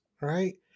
right